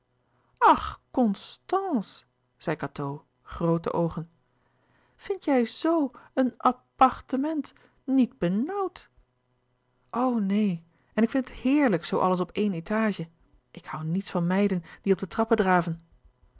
ach constànce zei cateau groote oogen vindt jij zo een appàrtement niet benààuwd o neen en ik vind het heerlijk zoo alles op éen étage ik hoû niets van meiden die op de trappen draven